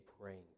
praying